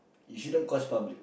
you shouldn't cause public